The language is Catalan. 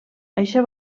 això